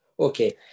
Okay